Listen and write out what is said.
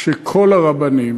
שכל הרבנים